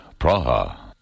Praha